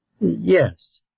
Yes